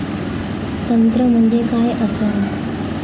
तंत्र म्हणजे काय असा?